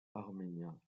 arméniens